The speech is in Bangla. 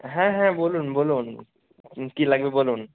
হ্যাঁ হ্যাঁ বলুন বলুন কী লাগবে বলুন